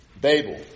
Babel